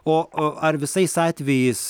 o ar visais atvejais